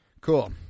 cool